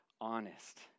honest